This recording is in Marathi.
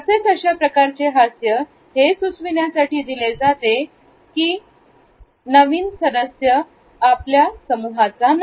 तसेच अशा प्रकारचे हास्य हे सुचविण्यासाठी दिले जाते किंवा नवीन सदस्य आपल्या समूहात नाही